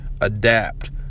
adapt